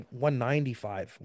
195